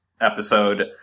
episode—